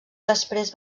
després